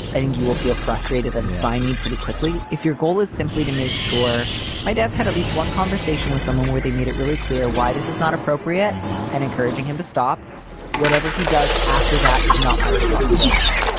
i think you will feel frustrated and stymied pretty quickly if your goal is simply to make sure my dad's had at least one conversation with someone where they made it really clear why this is not appropriate and and encouraging him to stop whatever he does after that is not my responsibility.